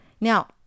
Now